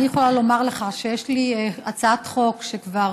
אני יכולה לומר לך שיש לי הצעת חוק שכבר